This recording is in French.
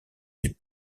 des